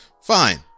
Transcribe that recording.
Fine